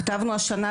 כתבנו השנה,